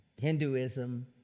hinduism